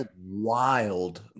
wild